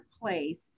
place